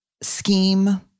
scheme